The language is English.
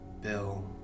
Bill